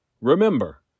Remember